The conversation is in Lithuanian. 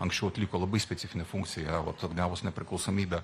anksčiau atliko labai specifinę funkciją yra vat atgavus nepriklausomybę